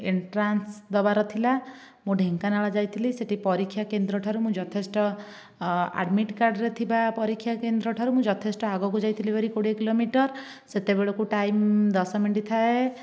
entrance ଦେବାର ଥିଲା ମୁଁ ଢେଙ୍କାନାଳ ଯାଇଥିଲି ସେଠି ପରୀକ୍ଷା କେନ୍ଦ୍ର ଠାରୁ ମୁଁ ଯଥେଷ୍ଟ ଆଡ଼ମିଟ୍ କାର୍ଡ଼ରେ ଥିବା ପରୀକ୍ଷା କେନ୍ଦ୍ର ଠାରୁ ମୁଁ ଯଥେଷ୍ଟ ଆଗକୁ ଯାଇଥିଲି ବାହାରି କୋଡ଼ିଏ କିଲୋମିଟର ସେତେବେଳକୁ ଟାଇମ ଦଶ ମିନିଟ ଥାଏ